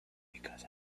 because